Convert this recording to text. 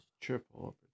Triple